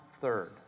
third